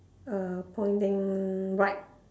err pointing right